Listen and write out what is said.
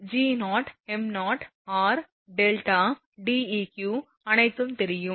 G0m0 r δ Deq அனைத்தும் தெரியும்